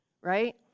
right